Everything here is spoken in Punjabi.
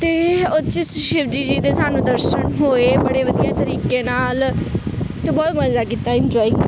ਅਤੇ ਉਹ 'ਚ ਸ਼ਿਵਜੀ ਜੀ ਦੇ ਸਾਨੂੰ ਦਰਸ਼ਨ ਹੋਏ ਬੜੇ ਵਧੀਆ ਤਰੀਕੇ ਨਾਲ ਅਤੇ ਬਹੁਤ ਮਜ਼ਾ ਕੀਤਾ ਇੰਜੋਏ ਕੀਤਾ